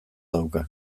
dauka